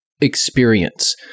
experience